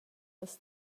las